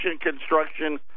construction